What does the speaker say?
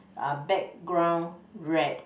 uh background red